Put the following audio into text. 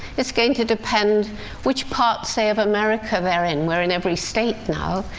it's going to depend which part, say, of america they're in. we're in every state now,